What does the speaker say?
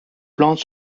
plantes